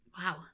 Wow